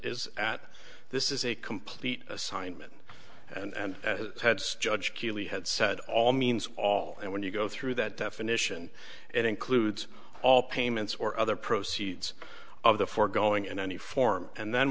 is at this is a complete assignment and heads judge keeley had said all means all and when you go through that definition it includes all payments or other proceeds of the foregoing in any form and then